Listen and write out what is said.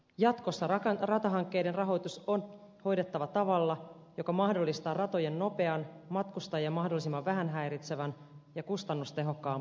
jatkossa ratahankkeiden rahoitus on hoidettava tavalla joka mahdollistaa ratojen nopean matkustajia mahdollisimman vähän häiritsevän ja kustannustehokkaan perusparantamisen